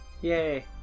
Yay